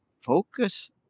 focus